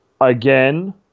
Again